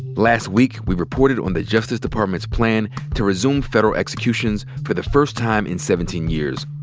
last week we reported on the justice department's plan to resume federal executions for the first time in seventeen years.